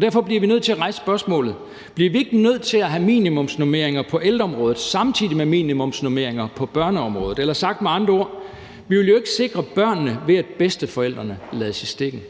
Derfor bliver vi nødt til rejse spørgsmålet: Bliver vi ikke nødt til at have minimumsnormeringer på ældreområdet samtidig med minimumsnormeringer på børneområdet? Eller sagt med andre ord: Vi vil jo ikke sikre børnene ved, at bedsteforældrene lades i stikken.